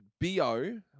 BO